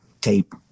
tape